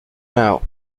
now